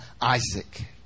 Isaac